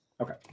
Okay